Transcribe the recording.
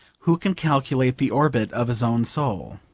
who can calculate the orbit of his own soul?